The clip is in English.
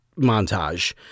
montage